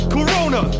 Corona